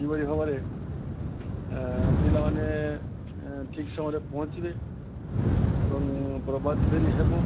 କିପରି ଭାବରେ ଏ ପିଲାମାନେ ଏ ଠିକ୍ ସମୟରେ ପହଞ୍ଚିବେ ଏବଂ ପ୍ରଭାତଫେରି ହେବ